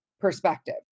perspective